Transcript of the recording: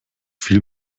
viel